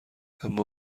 اما